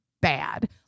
bad